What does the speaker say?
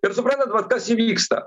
ir suprantat vat kas įvyksta